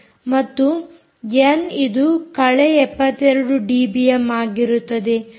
ಮತ್ತು ಎನ್ ಇದು ಕಳೆ 72 ಡಿಬಿಎಮ್ ಆಗಿರುತ್ತದೆ